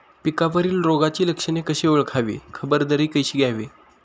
पिकावरील रोगाची लक्षणे कशी ओळखावी, खबरदारी कशी घ्यावी?